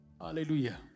Hallelujah